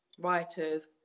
writers